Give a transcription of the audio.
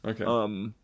okay